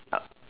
uh